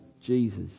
Jesus